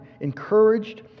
encouraged